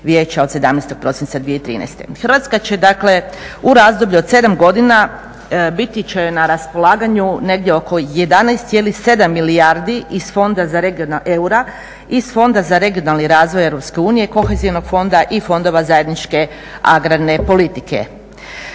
Hrvatska će dakle u razdoblju od 7 godina, biti će joj na raspolaganju negdje oko 11,7 milijardi eura iz Fonda za regionalni razvoj Europske unije, Kohezionog fonda i Fondova zajedničke agrarne politike.